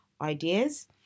ideas